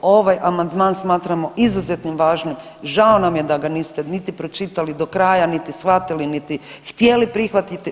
Ovaj amandman smatramo izuzetnim važnim, žao nam je da ga niste niti pročitali do kraja, niti shvatili, niti htjeli prihvatiti.